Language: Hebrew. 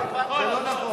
זה לא נכון.